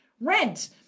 rent